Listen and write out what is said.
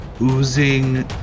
oozing